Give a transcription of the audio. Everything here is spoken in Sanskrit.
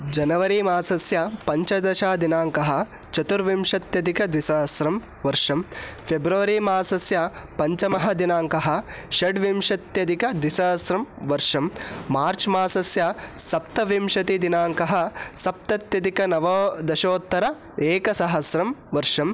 जनवरीमासस्य पञ्चदश दिनाङ्कः चतुर्विंशत्यधिकद्विसहस्रं वर्षं फ़ेब्रवरीमासस्य पञ्चमः दिनाङ्कः षड्विंशत्यधिकद्विसहस्रं वर्षं मार्च्मासस्य सप्तविंशतिः दिनाङ्कः सप्तत्यधिकनवदशोत्तर एकसहस्रं वर्षम्